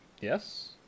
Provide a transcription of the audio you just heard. Yes